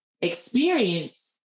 experience